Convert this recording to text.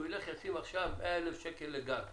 הוא ילך ישים עכשיו 1,000 שקלים לגג,